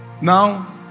now